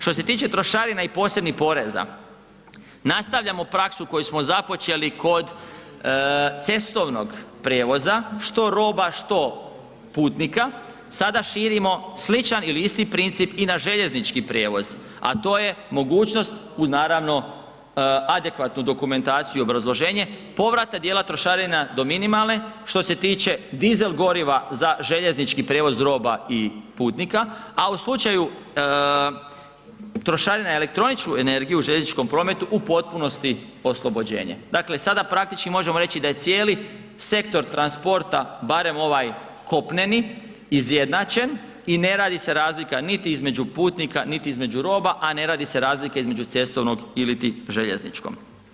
Što se tiče trošarina i posebnih poreza, nastavljamo praksu koju smo započeli kod cestovnog prijevoza, što roba, što putnika, sada širimo sličan ili isti princip i na željeznički prijevoz, a to je mogućnost uz naravno adekvatnu dokumentaciju i obrazloženje, povrata dijela trošarina do minimalne što se tiče dizel goriva za željeznički prijevoz roba i putnika, a u slučaju trošarina za elektroničku energiju u željezničkom prometu u potpunosti oslobođenje, dakle sada praktički možemo reći da je cijeli sektor transporta, barem ovaj kopneni izjednačen i ne radi se razlika niti između putnika, niti između roba, a ne radi se razlika između cestovnog iliti željezničkom.